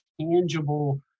tangible